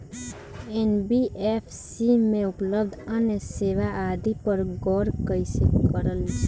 NBFC में उपलब्ध अन्य सेवा आदि पर गौर कइसे करल जाइ?